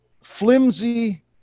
flimsy